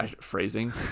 Phrasing